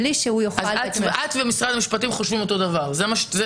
בלי שהוא --- את ומשרד המשפטים חושבים אותו דבר.